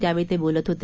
त्यावेळी ते बोलत होते